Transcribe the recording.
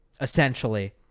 essentially